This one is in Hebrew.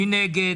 מי נגד?